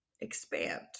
expand